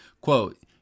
Quote